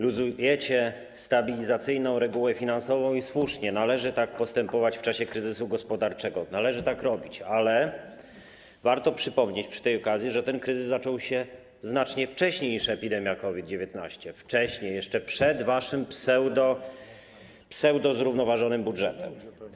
Luzujecie stabilizacyjną regułę finansową, i słusznie, należy tak postępować w czasie kryzysu gospodarczego, należy tak robić, ale warto przypomnieć przy tej okazji, że ten kryzys zaczął się znacznie wcześniej niż epidemia COVID-19, jeszcze przed waszym pseudozrównoważonym budżetem.